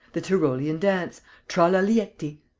the tyrolean dance tra-la-liety.